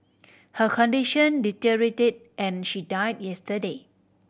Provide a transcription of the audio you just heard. her condition deteriorated and she died yesterday